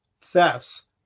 thefts